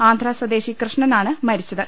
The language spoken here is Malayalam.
ആന്ധ്ര സ്വദേശി കൃഷ്ണനാണ് മരിച്ചത്